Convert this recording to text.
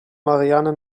marianne